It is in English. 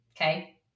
Okay